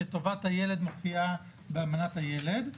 שטובת הילד מופיעה באמנת הילד.